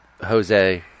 Jose